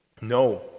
No